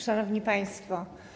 Szanowni Państwo!